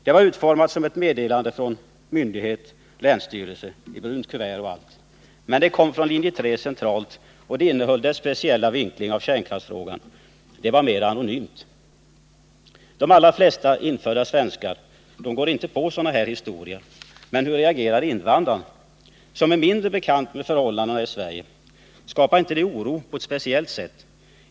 Det var utformat som ett meddelande från Tisdagen den en myndighet — länsstyrelsen — i brunt kuvert och allt. Men att det kom från — 26 februari 1980 linje 3 centralt och innehöll dess speciella vinkling av kärnkraftsfrågan, det var mera anonymt. De allra flesta infödda svenskar går inte på sådana här historier. Men hur reagerar invandrarna, som är mindre bekanta med förhållandena i Sverige? Skapar det inte oro på ett speciellt sätt?